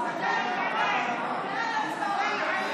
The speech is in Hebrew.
בזה אתם תומכים, בעד הרפורמים.